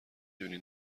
دونی